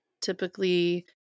typically